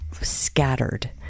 scattered